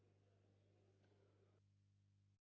Дякую.